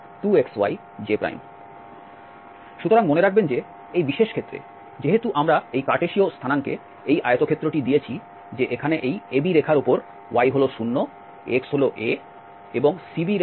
সুতরাং মনে রাখবেন যে এই বিশেষ ক্ষেত্রে যেহেতু আমরা এই কার্টেসীয় স্থানাঙ্কে এই আয়তক্ষেত্রটি দিয়েছি যে এখানে এই AB রেখার উপর y হল 0 x হল a এবং CB রেখার উপর y হল b ইত্যাদি